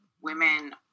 women